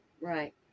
Right